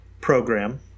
program